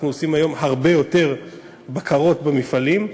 אנחנו עושים היום הרבה יותר בקרות במפעלים,